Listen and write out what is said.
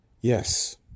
Yes